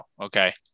okay